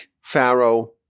Pharaoh